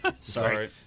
Sorry